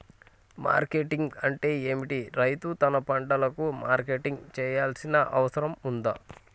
Marketing అంటే ఏమిటి? రైతు తన పంటలకు మార్కెటింగ్ చేయాల్సిన అవసరం ఉందా?